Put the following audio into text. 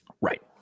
Right